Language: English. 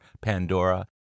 Pandora